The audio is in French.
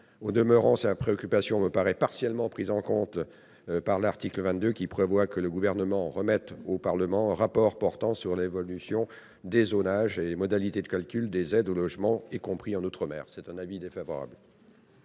Au demeurant, cette préoccupation me paraît partiellement prise en compte par l'article 22, visant à prévoir que le Gouvernement remette au Parlement un rapport portant sur l'évolution des zonages et les modalités de calcul des aides au logement, y compris outre-mer. La commission